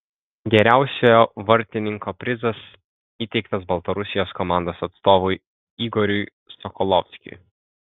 geriausiojo vartininko prizas įteiktas baltarusijos komandos atstovui igoriui sokolovskiui